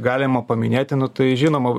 galima paminėti nu tai žinoma